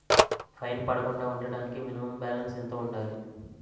Fine పడకుండా ఉండటానికి minimum balance ఎంత ఉండాలి?